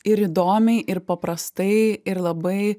ir įdomiai ir paprastai ir labai